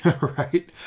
Right